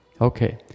Okay